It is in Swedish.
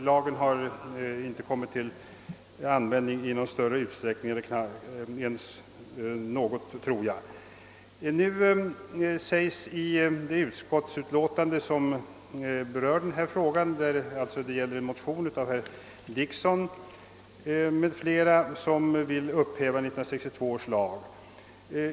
Lagen har emellertid inte tillämpats i någon större utsträckning, om ens i något fall. Det gäller här en motion av herr Dickson m.fl. som vill upphäva 1962 års lag.